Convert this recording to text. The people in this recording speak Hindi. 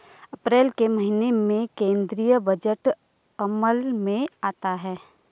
अप्रैल के महीने में केंद्रीय बजट अमल में आता है